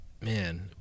Man